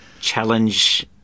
challenge